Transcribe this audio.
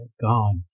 God